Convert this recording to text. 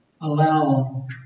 allow